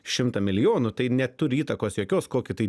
šimtą milijonų tai neturi įtakos jokios kokį tai